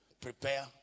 prepare